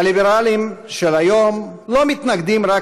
הליברלים של היום לא מתנגדים רק